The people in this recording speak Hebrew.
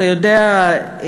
אתה יודע,